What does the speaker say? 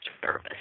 Service